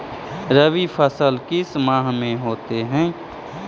रवि फसल किस माह में होते हैं?